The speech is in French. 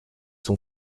son